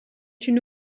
une